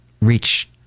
reach